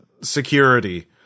security